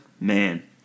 man